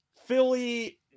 Philly